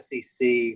sec